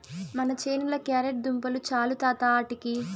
మన చేనుల క్యారెట్ దుంపలు చాలు తాత ఆటికి